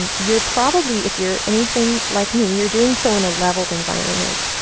and you're probably, if you're anything like me, you're doing so in a leveled environment.